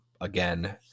again